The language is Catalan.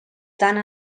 tant